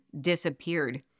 disappeared